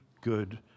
good